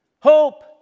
Hope